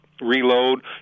reload